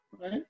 right